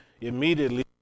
immediately